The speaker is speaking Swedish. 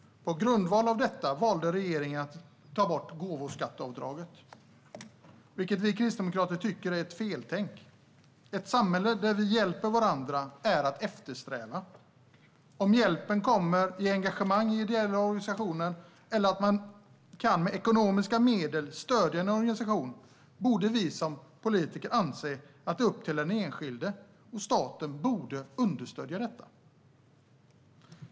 På grundval av detta valde regeringen att ta bort gåvoskatteavdraget, vilket vi kristdemokrater tycker är ett feltänk. Ett samhälle där vi hjälper varandra är att eftersträva. Om hjälpen kommer i form av engagemang i ideella organisationer eller om man med ekonomiska medel stöder en organisation borde vi som politiker anse är upp till den enskilde, och staten borde understödja detta.